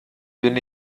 bin